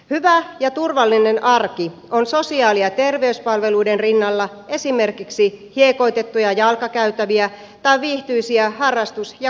hyvä ja turvallinen arki on sosiaali ja terveyspalveluiden rinnalla esimerkiksi hiekoitettuja jalkakäytäviä tai viihtyisiä harrastus ja kokoontumistiloja